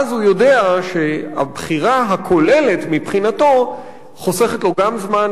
אז הוא יודע שהבחירה הכוללת מבחינתו חוסכת לו גם זמן,